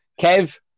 Kev